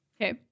Okay